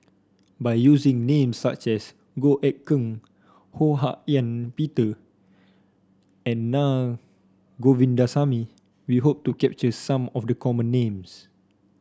by using names such as Goh Eck Kheng Ho Hak Ean Peter and Naa Govindasamy we hope to capture some of the common names